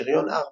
שריון 4,